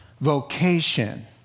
vocation